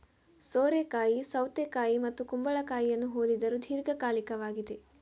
ಸೋರೆಕಾಯಿ ಸೌತೆಕಾಯಿ ಮತ್ತು ಕುಂಬಳಕಾಯಿಯನ್ನು ಹೋಲಿದರೂ ದೀರ್ಘಕಾಲಿಕವಾಗಿದೆ